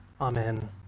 Amen